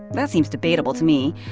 that seems debatable to me.